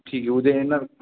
ठीक आहे उद्या येणार